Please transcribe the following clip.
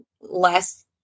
less